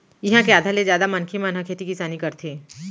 इहाँ के आधा ले जादा मनखे मन ह खेती किसानी करथे